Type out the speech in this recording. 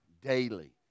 daily